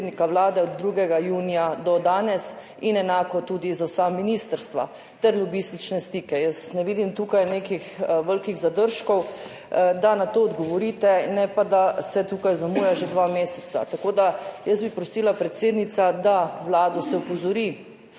predsednika Vlade od 2. junija do danes, in enako tudi za vsa ministrstva ter lobistične stike. Jaz ne vidim tukaj nekih velikih zadržkov, da na to odgovorite, ne pa da se tukaj zamuja že dva meseca. Jaz bi prosila, predsednica, da se vlado opozori,